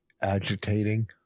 agitating